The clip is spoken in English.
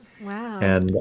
Wow